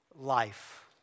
life